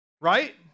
right